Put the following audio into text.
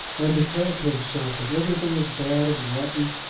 and declare to himself that everything is bad, and rotten,